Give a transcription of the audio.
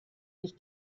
sich